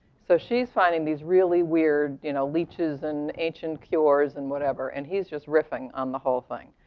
so she's finding these really weird you know leeches, and ancient cures, and whatever, and he's just riffing on the whole thing.